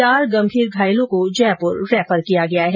चार गंभीर घायलों को जयपुर रैफर किया गया है